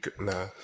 No